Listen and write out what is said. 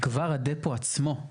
כבר הדפו עצמו,